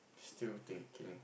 still thinking